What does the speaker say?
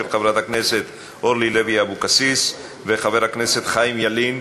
של חברת הכנסת אורלי לוי אבקסיס ושל חבר הכנסת חיים ילין.